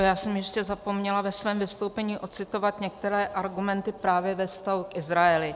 Já jsem ještě zapomněla ve svém vystoupení ocitovat některé argumenty právě ve vztahu k Izraeli.